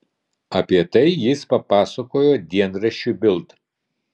apie tai jis papasakojo dienraščiui bild